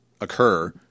occur